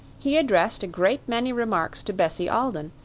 he addressed a great many remarks to bessie alden,